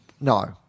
no